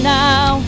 now